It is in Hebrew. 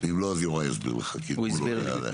ואם לא יוראי יסביר לך --- הוא הסביר לי,